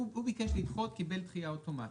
הוא ביקש לדחות וקיבל דחייה אוטומטית,